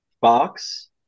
Fox